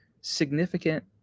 significant